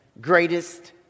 Greatest